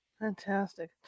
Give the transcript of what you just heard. Fantastic